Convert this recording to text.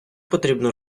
потрібно